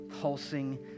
pulsing